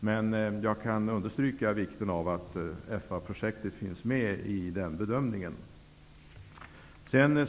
Men jag kan understryka vikten av att FA projektet finns med i den bedömningen.